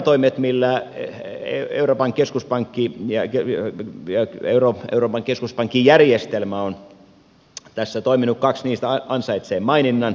näistä toimista joilla euroopan keskuspankki ja euroopan keskuspankin järjestelmä ovat tässä toimineet kaksi ansaitsee maininnan